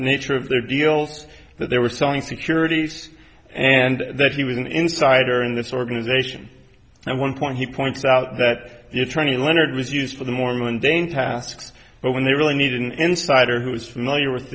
nature of their deals that they were selling securities and that he was an insider in this organization and one point he points out that the attorney leonard was used for the more mundane tasks but when they really needed an insider who was familiar with